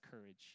courage